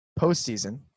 postseason